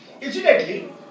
Incidentally